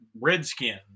Redskins